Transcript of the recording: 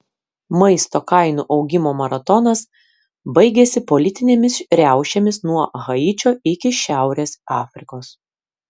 maisto kainų augimo maratonas baigėsi politinėmis riaušėmis nuo haičio iki šiaurės afrikos